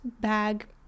bag